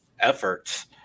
efforts